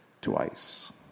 twice